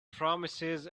promises